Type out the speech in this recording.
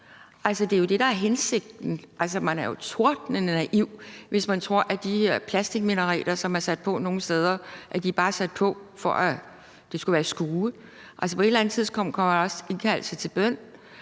det er jo det, der er hensigten. Man er jo tordnende naiv, hvis man tror, at de her plastikminareter, som er sat på nogle steder, bare er sat på, for at det skal være et skue. Altså, på et eller andet tidspunkt kommer der også indkaldelse til bøn.